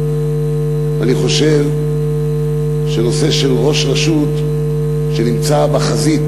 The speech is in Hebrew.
ואני חושב שנושא של ראש רשות שנמצא בחזית,